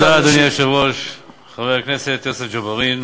אדוני היושב-ראש, תודה, חבר הכנסת יוסף ג'בארין,